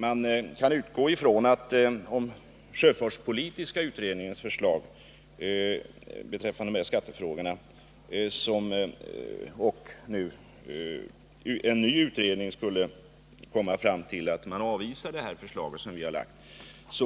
Man kan utgå från att om en ny utredning skulle komma fram till att man bör avvisa sjöfartspolitiska utredningens förslag beträffande de här skattefrågorna,